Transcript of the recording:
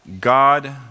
God